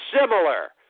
similar